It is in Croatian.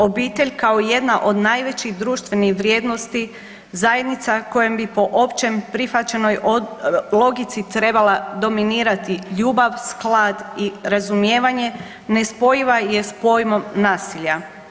Obitelj kao jedna od najvećih društvenih vrijednosti, zajednica po kojoj bi po općoj prihvaćenoj logici trebala dominirati ljubav, sklad i razumijevanje nespojiva je sa pojmom nasilja.